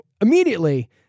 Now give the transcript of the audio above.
immediately